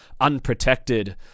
unprotected